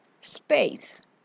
space